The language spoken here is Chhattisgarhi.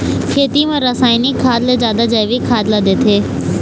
खेती म रसायनिक खाद ले जादा जैविक खाद ला देथे